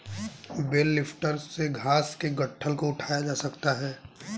bell lifter से घास के गट्ठल को उठाया जा सकता है